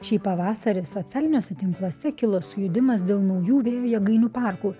šį pavasarį socialiniuose tinkluose kilo sujudimas dėl naujų vėjo jėgainių parkų